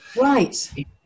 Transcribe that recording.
right